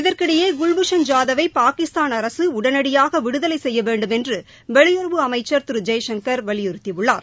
இதற்கிடையே குல்பூஷன் ஜாதவை பாகிஸ்தான் அரசு உடனடியாக விடுதலை செய்ய வேண்டுமென்று வெளியுறவு அமைச்சா திரு ஜெய்சங்கர் வலியுறுத்தியுள்ளார்